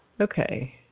Okay